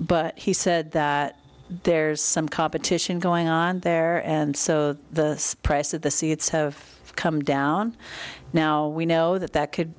but he said that there's some competition going on there and so the price of the seats have come down now we know that that could